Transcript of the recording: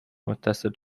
متصل